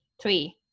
three